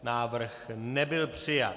Návrh nebyl přijat.